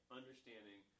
understanding